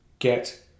get